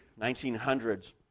1900s